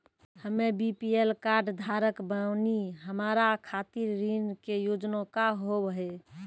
हम्मे BPL card धारक बानि हमारा खातिर ऋण के योजना का होव हेय?